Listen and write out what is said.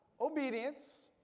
obedience